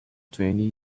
twenty